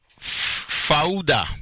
Fauda